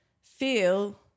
feel